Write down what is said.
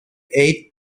eighth